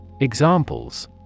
Examples